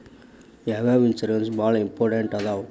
ಯಾವ್ಯಾವ ಇನ್ಶೂರೆನ್ಸ್ ಬಾಳ ಇಂಪಾರ್ಟೆಂಟ್ ಅದಾವ?